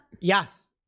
Yes